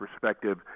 perspective